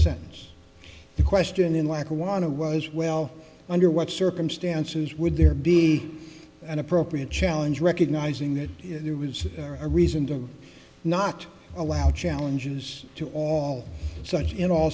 sentance the question in lackawanna was well under what circumstances would there be an appropriate challenge recognizing that there was a reason to not allow challenges to all such in all